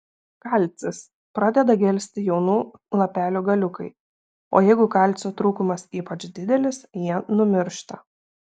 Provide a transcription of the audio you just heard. kalcis pradeda gelsti jaunų lapelių galiukai o jeigu kalcio trūkumas ypač didelis jie numiršta